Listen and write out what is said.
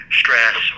stress